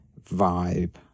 vibe